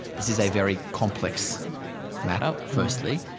this is a very complex matter, firstly.